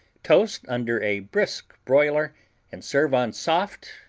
toast under a brisk boiler and serve on soft,